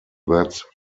that